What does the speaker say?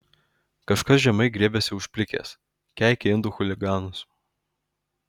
kažkas žemai griebiasi už plikės keikia indų chuliganus